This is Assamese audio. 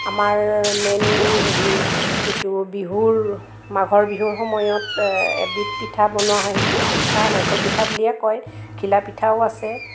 আমাৰ মেইনলি হেৰি এইটো বিহুৰ মাঘৰ বিহুৰ সময়ত এবিধ পিঠা বনোৱা হয় সেইটো তিল পিঠা নাৰিকল পিঠা বুলিয়েই কয় ঘিলা পিঠাও আছে